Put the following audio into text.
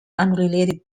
unrelated